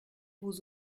vous